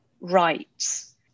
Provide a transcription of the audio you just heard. rights